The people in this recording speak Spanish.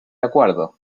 acuerdo